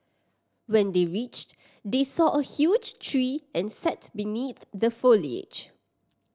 when they reached they saw a huge tree and sat beneath the foliage